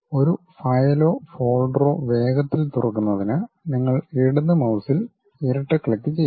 ഒരു ഫയലോ ഫോൾഡറോ വേഗത്തിൽ തുറക്കുന്നതിന് നിങ്ങൾ ഇടത് മൌസിൽ ഇരട്ട ക്ലിക്കുചെയ്യുക